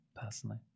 personally